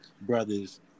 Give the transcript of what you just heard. brothers